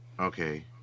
okay